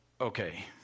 Okay